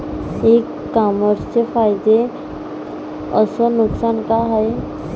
इ कामर्सचे फायदे अस नुकसान का हाये